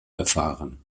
erfahren